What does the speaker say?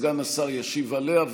סגן השר ישיב עליה,